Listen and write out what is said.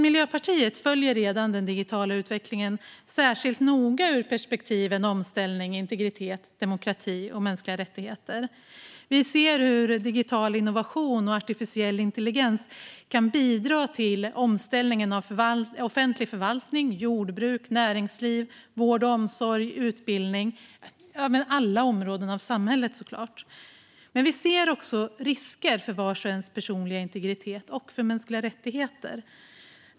Miljöpartiet följer redan den digitala utvecklingen särskilt noga ur perspektiven omställning, integritet, demokrati och mänskliga rättigheter. Vi ser hur digital innovation och artificiell intelligens kan bidra till omställningen av offentlig förvaltning, jordbruk, näringsliv, vård och omsorg, utbildning - ja, kort sagt alla områden i samhället. Men vi ser också risker för vars och ens personliga integritet och mänskliga rättigheter.